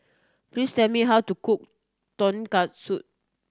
please tell me how to cook Tonkatsu